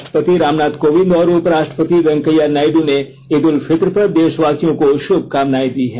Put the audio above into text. राष्ट्रपति रामनाथ कोविंद और उपराष्ट्रपति वैंकेया नायडू ने ईद उल फित्र पर देशवासियों को शभकामनाएं दी है